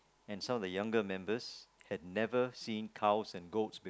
and some of the younger members had never seen cows and goats